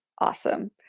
awesome